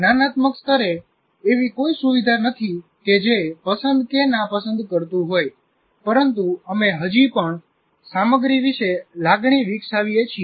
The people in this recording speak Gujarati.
જ્ઞાનાત્મક સ્તરે એવી કોઈ સુવિધા નથી કે જે પસંદ કે નાપસંદ કરતું હોય પરંતુ અમે હજી પણ સામગ્રી વિશે લાગણી વિકસાવીએ છીએ